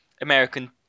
American